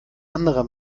anderer